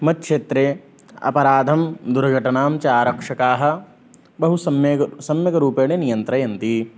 मत् क्षेत्रे अपराधं दुर्घटनां च आरक्षकाः बहुसम्यग् सम्यग्रूपेण नियन्त्रयन्ति